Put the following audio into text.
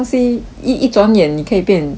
你一转眼你可以变穷人蛋